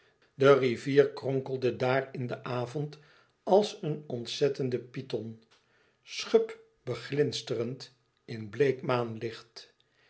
de rivier kronkelde daar in den avond als een ontzettende python schubbeglinsterend in